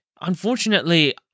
Unfortunately